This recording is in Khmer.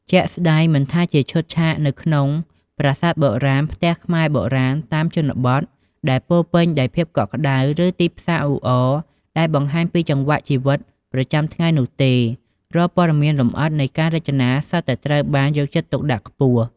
ជាក់ស្តែង មិនថាជាឈុតឆាកនៅក្នុង ប្រាសាទបុរាណ ផ្ទះខ្មែរបុរាណតាមជនបទ ដែលពោរពេញដោយភាពកក់ក្តៅ ឬ ទីផ្សារអ៊ូអរ ដែលបង្ហាញពីចង្វាក់ជីវិតប្រចាំថ្ងៃនោះទេ រាល់ព័ត៌មានលម្អិតនៃការរចនាសុទ្ធតែត្រូវបានយកចិត្តទុកដាក់ខ្ពស់។